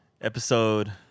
episode